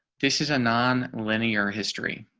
this is a non linear history,